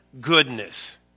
goodness